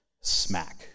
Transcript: smack